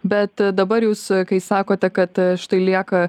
bet dabar jūs kai sakote kad štai lieka